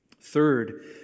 Third